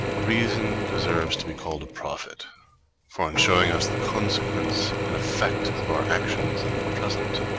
reason deserves to be called a prophet for in showing us the consequence and effect of our actions in the present,